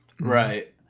right